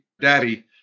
daddy